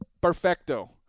Perfecto